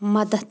مدد